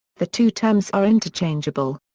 the two terms are interchangeable.